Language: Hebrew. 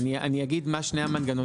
אז אני אגיד מה שני המנגנונים,